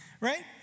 right